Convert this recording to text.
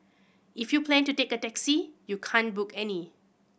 if you plan to take a taxi you can't book any